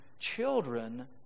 children